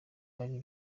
ari